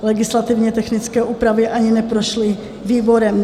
Legislativně technické úpravy ani neprošly výborem.